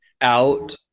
out